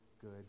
good